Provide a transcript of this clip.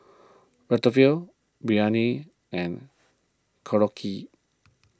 Biryani and Korokke